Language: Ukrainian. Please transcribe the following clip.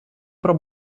про